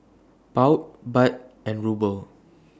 Pound Baht and Ruble